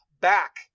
back